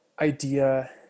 idea